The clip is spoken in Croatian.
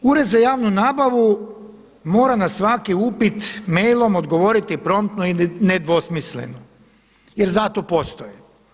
Ured za javnu nabavu mora na svaki upit mailom odgovoriti promptno i nedvosmisleno jer za to postoje.